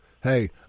Hey